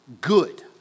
good